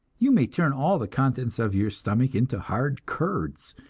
you may turn all the contents of your stomach into hard curds,